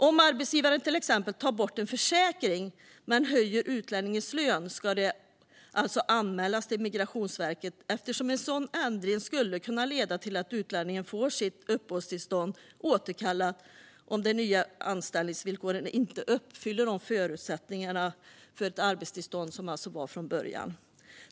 Om arbetsgivaren till exempel tar bort en försäkring men höjer utlänningens lön ska det anmälas till Migrationsverket, eftersom en sådan ändring skulle kunna leda till att utlänningen får sitt uppehållstillstånd återkallat om de nya anställningsvillkoren inte uppfyller de förutsättningar för ett arbetstillstånd som gällde från början.